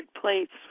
plates